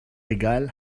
regal